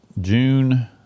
June